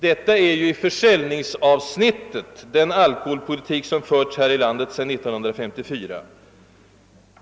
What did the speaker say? Detta är i försäljningsavsnittet den alkoholpolitik, som har förts här i landet sedan 1954.